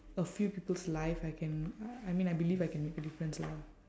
a few people's life I can uh I mean I believe I can make a difference lah